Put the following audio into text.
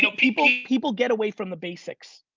so people people get away from the basics.